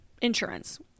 insurance